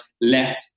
left